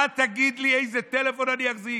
אתה תגיד לי איזה טלפון אני אחזיק?